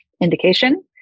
indication